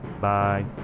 Bye